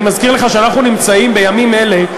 אני מזכיר לך שאנחנו נמצאים בימים אלה,